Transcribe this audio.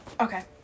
Okay